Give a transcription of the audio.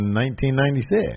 1996